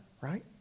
right